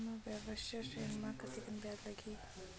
व्यवसाय ऋण म कतेकन ब्याज लगही?